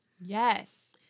Yes